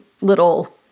little